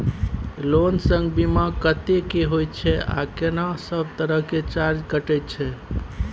Loan संग बीमा कत्ते के होय छै आ केना सब तरह के चार्ज कटै छै?